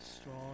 strong